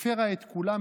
היא הפרה את כולם,